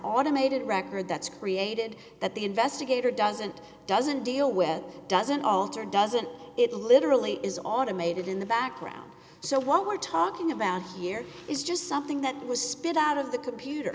automated record that's created that the investigator doesn't doesn't deal with doesn't alter doesn't it literally is automated in the background so what we're talking about here is just something that was spit out of the computer